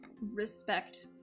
respect